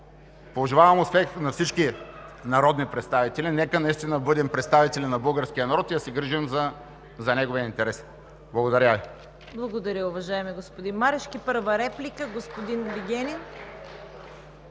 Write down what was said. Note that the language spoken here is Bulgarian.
Пожелавам успех на всички народни представители! Нека наистина бъдем представители на българския народ и да се грижим за неговия интерес. Благодаря Ви. ПРЕДСЕДАТЕЛ ЦВЕТА КАРАЯНЧЕВА: Благодаря, уважаеми господин Марешки. Първа реплика – господин Вигенин.